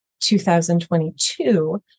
2022